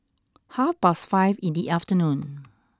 half past five in the afternoon